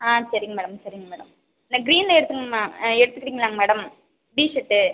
ஆ சரிங்க மேடம் சரிங்க மேடம் இந்த கிரீன் எடுத்து எடுத்துக்கிறீங்களாங்க மேடம் டீஷர்ட்டு